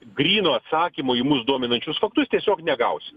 gryno atsakymo į mus dominančius faktus tiesiog negausime